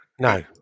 No